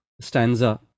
stanza